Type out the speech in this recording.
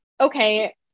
okay